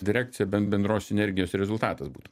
direkcija be bendros sinergijos rezultatas būtų